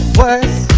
worse